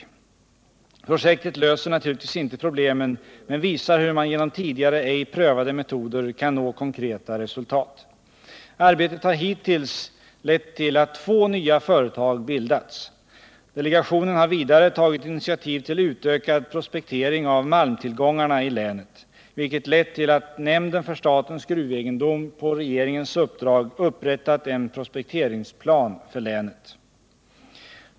Fredagen den Projektet löser naturligtvis inte problemen, men visar hur man genom 1 december 1978 tidigare ej prövade metoder kan nå konkreta resultat. Arbetet har hittills lett tillatt två nya företag bildats. Delegationen har vidare tagit initiativ till utökad prospektering av malmtillgångarna i länet, vilket lett till att nämnden för statens gruvegendom på regeringens uppdrag upprättat en prospekteringsplan för länet.